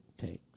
takes